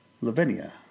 Lavinia